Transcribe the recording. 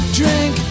drink